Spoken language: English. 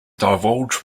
divulge